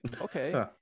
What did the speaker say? okay